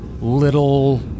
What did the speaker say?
little